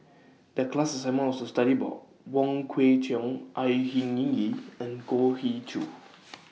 The class assignment was to study about Wong Kwei Cheong Au Hing Yee and Goh He Choo